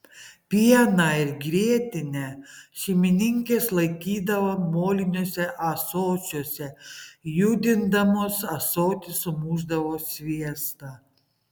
pieną ir grietinę šeimininkės laikydavo moliniuose ąsočiuose judindamos ąsotį sumušdavo sviestą